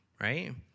right